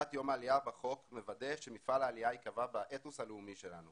קביעת יום העלייה בחוק מוודא שמפעל העלייה ייקבע באתוס הלאומי שלנו